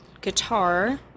guitar